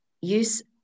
use